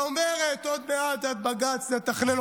ואומרת: עוד מעט, עד בג"ץ נתכנן.